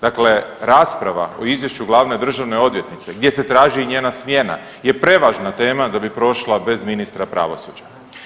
Dakle, rasprava o izvješću glavne državne odvjetnice gdje se traži njena smjena je prevažna tema da bi prošla bez ministra pravosuđa.